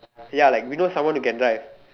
ya like we know someone who can drive